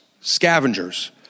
scavengers